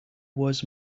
was